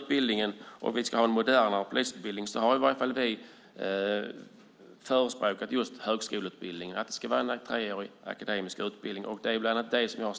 När det gäller frågan om en modernare polisutbildning har i alla fall vi förespråkat att det ska vara en treårig akademisk utbildning. Det är detta som min